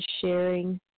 sharing